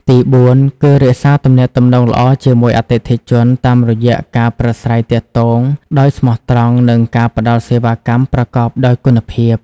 ទីបួន គឺ រក្សាទំនាក់ទំនងល្អជាមួយអតិថិជន តាមរយៈការប្រាស្រ័យទាក់ទងដោយស្មោះត្រង់ និងការផ្តល់សេវាកម្មប្រកបដោយគុណភាព។